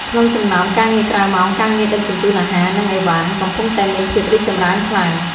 ក្នុងចំណោមការងារក្រៅម៉ោង ការងារដឹកជញ្ជូនអាហារ និងអីវ៉ាន់ កំពុងតែមានភាពរីកចម្រើនខ្លាំង។